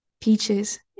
Peaches